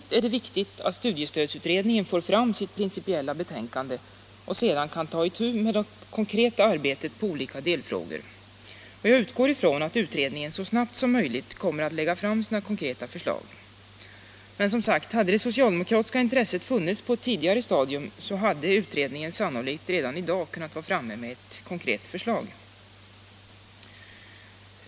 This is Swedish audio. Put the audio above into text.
Nu är det viktigt att studiestödsutredningen får fram sitt principiella betänkande, så att man sedan kan ta itu med det konkreta arbetet på olika delfrågor. Jag utgår ifrån att utredningen så snabbt som möjligt kommer att lägga fram sina konkreta förslag. Men, som sagt, om det socialdemokratiska intresset funnits på ett tidigare stadium hade utredningen sannolikt redan i dag kunnat presentera ett förslag.